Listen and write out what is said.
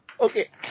Okay